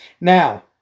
Now